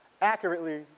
accurately